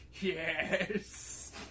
Yes